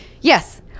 Yes